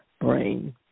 brain